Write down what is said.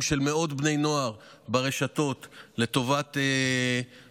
של מאות בני נוער ברשתות לטובת השפעה,